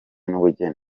n’ubugeni